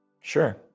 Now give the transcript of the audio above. Sure